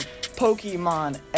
Pokemon